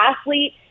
athlete